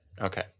Okay